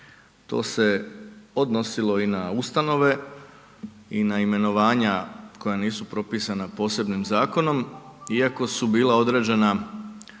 to se odnosilo i na ustanove i na imenovanja koja nisu propisana posebnim zakonom iako su bila određena